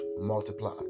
multiply